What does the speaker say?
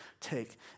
take